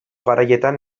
garaietan